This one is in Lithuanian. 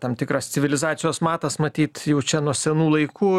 tam tikras civilizacijos matas matyt jau čia nuo senų laikų